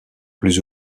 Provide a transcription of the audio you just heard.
plus